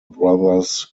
brothers